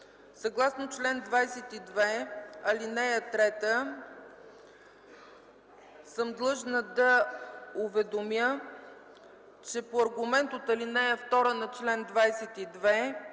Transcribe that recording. Съгласно чл. 22, ал. 3 съм длъжна да уведомя, че по аргумент от ал. 2 на чл. 22